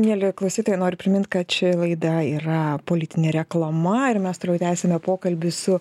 mieli klausytojai noriu primint kad ši laida yra politinė reklama ir mes toliau tęsiame pokalbį su